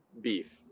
beef